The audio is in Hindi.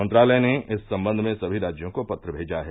मंत्रालय ने इस संबंध में सभी राज्यों को पत्र भेजा है